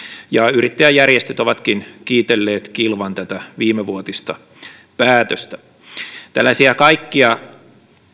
yrittäjäjärjestöt ovatkin kiitelleet kilvan tätä viimevuotista päätöstä tällaisia kaikkia